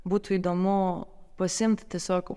būtų įdomu pasiimti tiesiog